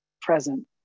present